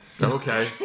Okay